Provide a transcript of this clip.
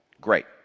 Great